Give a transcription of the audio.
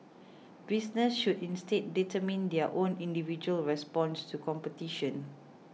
businesses should instead determine their own individual responses to competition